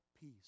peace